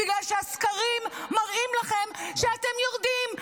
בגלל שהסקרים מראים לכם שאתם יורדים.